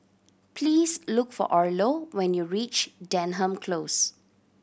please look for Orlo when you reach Denham Close